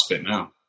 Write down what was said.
now